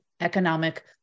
economic